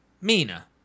Mina